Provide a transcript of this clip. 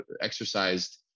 exercised